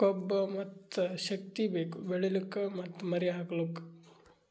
ಕೊಬ್ಬ ಮತ್ತ್ ಶಕ್ತಿ ಬೇಕು ಬೆಳಿಲುಕ್ ಮತ್ತ್ ಮರಿ ಹಾಕಲುಕ್